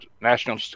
national